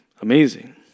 amazing